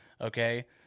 okay